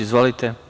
Izvolite.